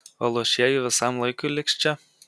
o luošieji visam laikui liks čia